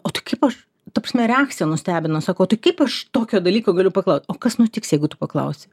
o tai kaip aš ta prasme reakcija nustebino sakau tai kaip aš tokio dalyko galiu paklaust o kas nutiks jeigu tu paklausi